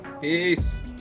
Peace